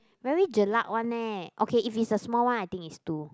very jelak one eh okay if it's the small one I think is two